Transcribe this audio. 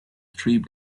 tree